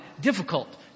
difficult